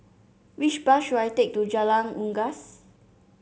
which bus should I take to Jalan Unggas